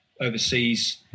overseas